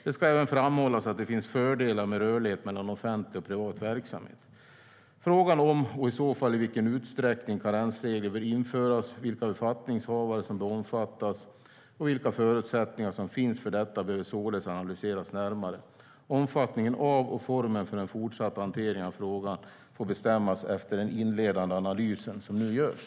Det ska även framhållas att det finns fördelar med rörlighet mellan offentlig och privat verksamhet. Frågan om och i så fall i vilken utsträckning karensregler bör införas, vilka befattningshavare som bör omfattas och vilka förutsättningar som finns för detta behöver således analyseras närmare. Omfattningen av och formen för den fortsatta hanteringen av frågan får bestämmas efter den inledande analys som nu görs.